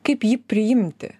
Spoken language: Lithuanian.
kaip jį priimti